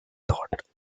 thought